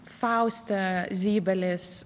faustė zybalis